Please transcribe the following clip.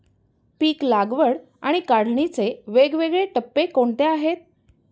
पीक लागवड आणि काढणीचे वेगवेगळे टप्पे कोणते आहेत?